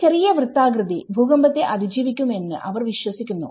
ഈ ചെറിയ വൃത്താകൃതി ഭൂകമ്പത്തെ അതിജീവിക്കും എന്ന് അവർ വിശ്വസിക്കുന്നു